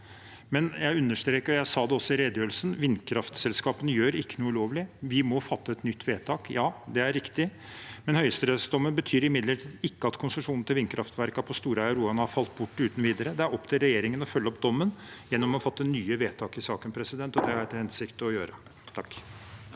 men jeg understreker, og jeg sa det også i redegjørelsen: Vindkraftselskapene gjør ikke noe ulovlig. Vi må fatte et nytt vedtak – ja, det er riktig – men høyesterettsdommen betyr imidlertid ikke at konsesjonen til vindkraftverkene på Storheia og Roan har falt bort uten videre. Det er opp til regjeringen å følge opp dommen gjennom å fatte nye vedtak i saken, og det har jeg til hensikt å gjøre.